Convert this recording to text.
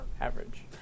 Average